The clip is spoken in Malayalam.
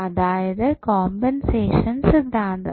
അതായത് കോമ്പൻസേഷൻ സിദ്ധാന്തം